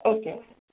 okay